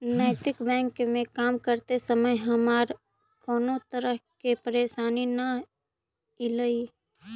नैतिक बैंक में काम करते समय हमारा कउनो तरह के परेशानी न ईलई